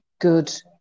good